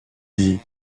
dit